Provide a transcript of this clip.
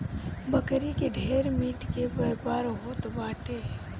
बकरी से ढेर मीट के व्यापार होत बाटे